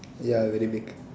ya very big